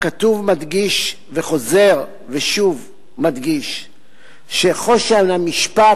הכתוב מדגיש וחוזר ומדגיש שחושן המשפט,